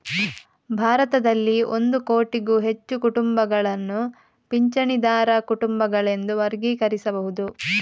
ಭಾರತದಲ್ಲಿ ಒಂದು ಕೋಟಿಗೂ ಹೆಚ್ಚು ಕುಟುಂಬಗಳನ್ನು ಪಿಂಚಣಿದಾರ ಕುಟುಂಬಗಳೆಂದು ವರ್ಗೀಕರಿಸಬಹುದು